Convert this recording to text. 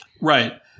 Right